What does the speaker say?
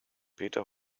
peter